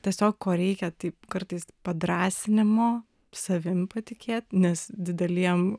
tiesiog ko reikia tai kartais padrąsinimo savim patikėt nes dideliem